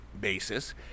basis